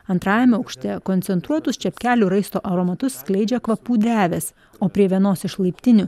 antrajame aukšte koncentruotus čepkelių raisto aromatus skleidžia kvapų drevės o prie vienos iš laiptinių